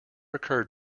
occurred